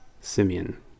Simeon